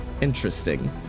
interesting